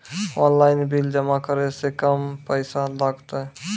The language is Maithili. ऑनलाइन बिल जमा करै से कम पैसा लागतै?